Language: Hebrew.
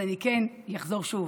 אני אחזור שוב